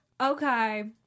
okay